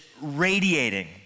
radiating